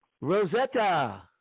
Rosetta